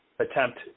attempt